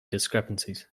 discrepancies